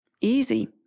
easy